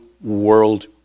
world